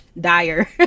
dire